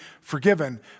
forgiven